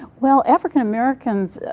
well, african americans,